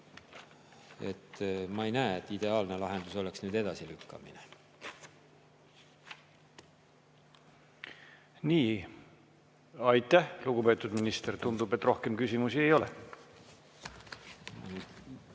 ma ei näe, et ideaalne lahendus oleks nüüd edasilükkamine. Aitäh, lugupeetud minister! Tundub, et rohkem küsimusi ei ole.